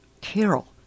carol